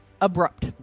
abrupt